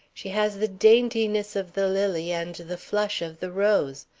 she has the daintiness of the lily and the flush of the rose.